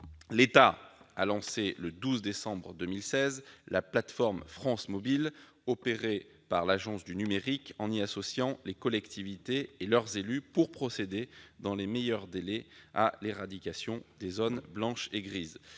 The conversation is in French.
L'État a lancé, le 12 décembre 2016, la plateforme France Mobile, opérée par l'Agence du numérique, en y associant les collectivités et leurs élus pour procéder dans les meilleurs délais à l'éradication des zones « blanches » et « grises